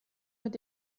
mit